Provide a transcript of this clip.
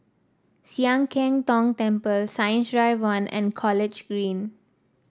Sian Keng Tong Temple Science Drive One and College Green